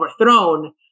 overthrown